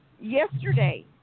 yesterday